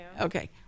Okay